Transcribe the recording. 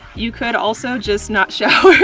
you could also just not shower,